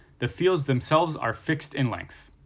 the fields themselves are fixed in length.